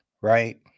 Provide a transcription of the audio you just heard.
right